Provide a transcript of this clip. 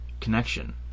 connection